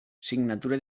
signatura